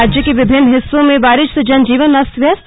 राज्य के विभिन्न हिस्सों में बारिश से जन जीवन अस्त व्यस्त